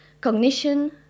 cognition